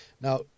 now